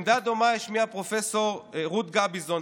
עמדה דומה השמיעה פרופ' רות גביזון,